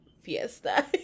fiesta